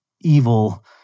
evil